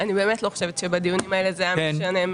אני באמת לא חושבת שבדיונים האלה זה היה משנה.